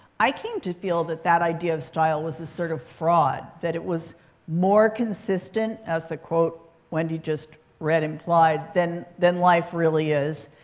i came to feel that that idea of style was a sort of fraud, that it was more consistent as the quote wendy just read implied than than life really is.